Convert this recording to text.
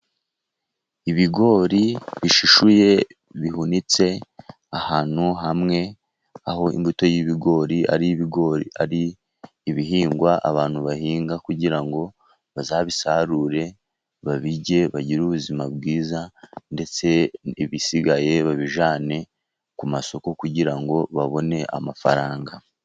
Ibigori bishishuye bihunitse ahantu hamwe, aho imbuto y'ibigori ari ibigori, ari ibihingwa abantu bahinga, kugira ngo bazabisarure babirye, bagire ubuzima bwiza, ndetse n'ibisigaye babijyane ku masoko, kugira ngo babone amafaranga.